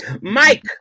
Mike